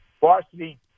varsity